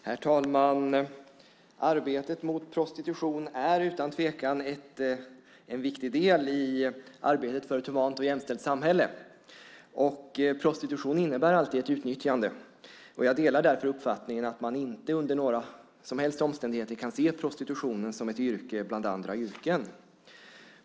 Herr talman! Arbetet mot prostitution är utan tvekan en viktig del i arbetet för ett jämställt och humant samhälle. Prostitution innebär alltid ett utnyttjande, och jag delar därför uppfattningen att man inte under några som helst omständigheter kan se prostitutionen som ett yrke bland andra yrken.